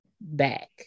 back